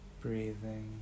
Breathing